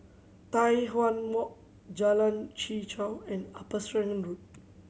Tai Hwan Walk Jalan Chichau and Upper Serangoon Road